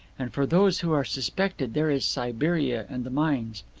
and for those who are suspected there is siberia, and the mines.